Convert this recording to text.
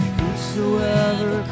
Whosoever